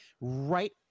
right